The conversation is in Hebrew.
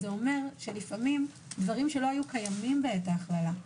זה אומר שלפעמים דברים שלא היו קיימים בעת ההכללה,